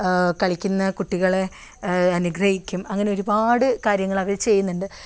ആ കളിക്കുന്ന കുട്ടികളെ അനുഗ്രഹിക്കും അങ്ങനെ ഒരുപാട് കാര്യങ്ങൾ അവർ ചെയ്യുന്നുണ്ട്